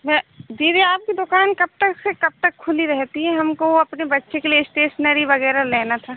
वह दीदी आपकी दुकान कब तक से कब तक खुली रहती है हमको अपने बच्चे के लिए इस्टेसनरी वगैरह लेना था